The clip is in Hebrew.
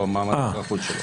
או מעמד האזרחות שלו.